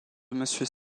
monsieur